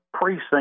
precinct